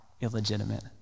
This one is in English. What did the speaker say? illegitimate